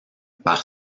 par